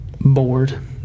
bored